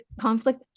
conflict